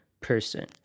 person